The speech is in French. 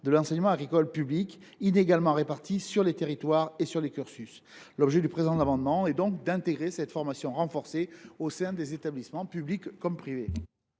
de l’enseignement agricole public, et ces formations sont inégalement réparties sur le territoire et au sein des cursus. L’objet du présent amendement est donc d’intégrer cette formation renforcée au sein des établissements, publics comme privés.